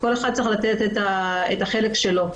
וכל אחד צריך לתת את החלק שלו.